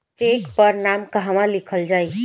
Check पर नाम कहवा लिखल जाइ?